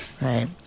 right